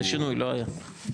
זה שינוי, לא היה.